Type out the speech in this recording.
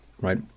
right